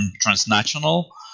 transnational